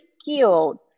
skilled